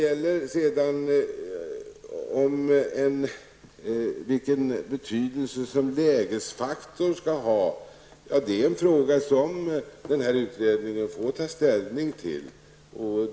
Frågan om vilken betydelse lägesfaktorn skall ha är en sak som denna utredning får ta ställning till.